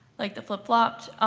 like the flip flopped,